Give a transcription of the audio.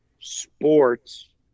sports